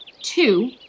two